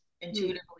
intuitively